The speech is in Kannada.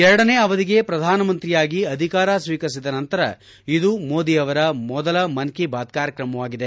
ಎರಡನೇ ಅವಧಿಗೆ ಪ್ರಧಾನ ಮಂತ್ರಿಯಾಗಿ ಅಧಿಕಾರ ಸ್ವೀಕರಿಸಿದ ನಂತರ ಇದು ಮೋದಿ ಅವರ ಮೊದಲ ಮನ್ ಕಿ ಬಾತ್ ಕಾರ್ಯಕ್ರಮವಾಗಿದೆ